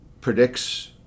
predicts